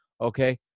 Okay